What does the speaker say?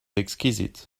exquisite